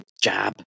jab